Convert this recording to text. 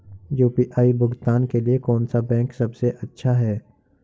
UPI भुगतान के लिए कौन सा बैंक सबसे अच्छा है?